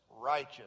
righteous